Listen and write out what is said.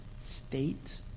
state